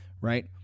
Right